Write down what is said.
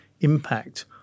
impact